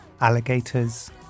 Alligators